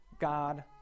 God